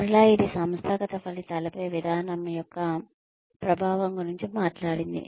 మరలా ఇది సంస్థాగత ఫలితాలపై విధానం యొక్క ప్రభావం గురించి మాట్లాడింది